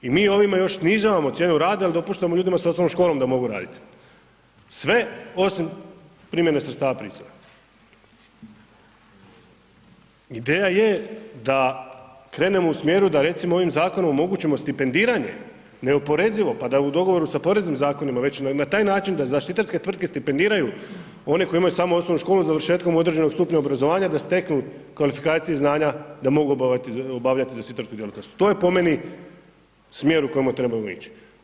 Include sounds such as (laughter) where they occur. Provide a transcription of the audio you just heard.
I mi ovime još snižavamo cijenu rada, jer dopuštamo ljudima s osnovnom školom da mogu raditi, sve osim primjene sredstava … (unintelligible) Ideja je da krenemo u smjeru, da recimo ovim zakonom omogućimo stipendiranje, neoporezivo, pa da u dogovoru s poreznim zakonima, već da na taj način da zaštitarske tvrtke stipendiraju, one koji imaju samo osnovnu školu, završetkom određenog stupnja obrazovanja, da steknu, kvalifikacije, znanja, da mogu obavljati … (unintelligible) To je po meni, smjer u kojem trebamo ići.